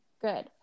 good